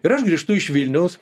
ir aš grįžtu iš vilniaus